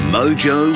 Mojo